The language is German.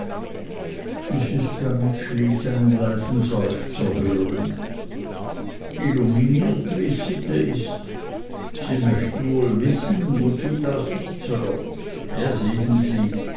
gummidge ließ einen leisen seufzer hören illuminiert wies sitte ist sie möchten wohl wissen wozu das ist sir ja sehen sie